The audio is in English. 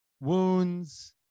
wounds